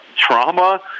trauma